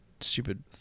stupid